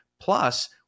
plus